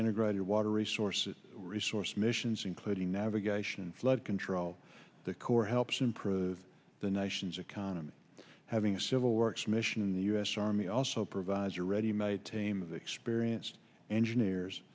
integrated water resources resource missions including navigation and flood control the corps helps improve the the nation's economy having a civil works mission in the u s army also provides a ready made team of experienced engineers